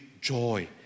joy